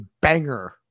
banger